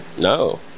No